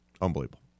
Unbelievable